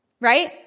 right